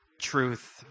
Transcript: truth